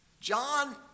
John